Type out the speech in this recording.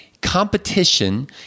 competition